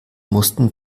mussten